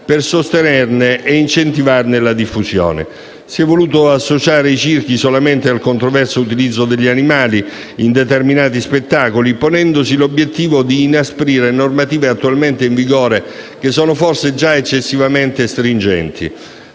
per sostenerne e incentivarne la diffusione. Si è voluto associare i circhi solamente al controverso utilizzo degli animali in determinati spettacoli, ponendosi l'obiettivo di inasprire le normative attualmente in vigore, che sono forse già eccessivamente stringenti.